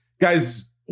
guys